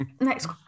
next